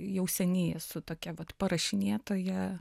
jau seniai esu tokia vat parašinėtoja